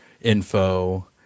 info